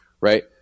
right